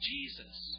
Jesus